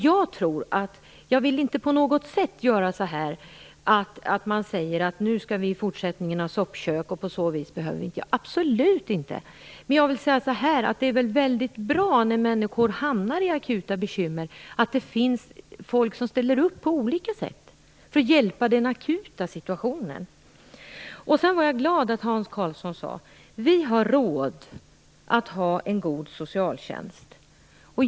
Jag vill inte ha det på det sättet att man säger: I fortsättningen skall vi ha soppkök - på så vis behöver vi inte göra något. Absolut inte! Men jag vill säga så här: Det är väldigt bra att det finns folk som ställer upp på olika sätt när någon får akuta bekymmer, för att hjälpa till i den akuta situationen. Jag är glad att Hans Karlsson sade: Vi har råd att ha en god socialtjänst.